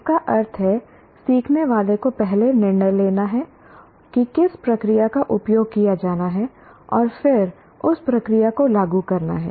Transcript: इसका अर्थ है सीखने वाले को पहले निर्णय लेना है कि किस प्रक्रिया का उपयोग किया जाना है और फिर उस प्रक्रिया को लागू करना है